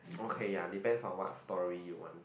okay ya depends on what story you want to